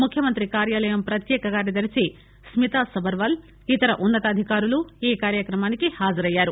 ముఖ్యమంత్రి కార్యలయం ప్రత్యేక కార్యదర్భి స్మితా సబర్వాల్ ఇతర ఉన్న తాధికారులు ఈ కార్యక్రమానికి హాజరయ్యారు